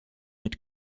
mit